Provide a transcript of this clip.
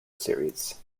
series